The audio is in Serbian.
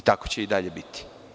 I tako će i dalje biti.